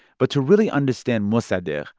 but to really understand mossadegh,